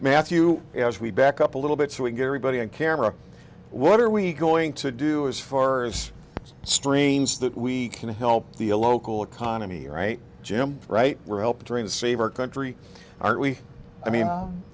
matthew as we back up a little bit so we get everybody on camera what are we going to do as far as streams that we can to help the local economy right jim right dream to save our country aren't we i mean